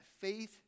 faith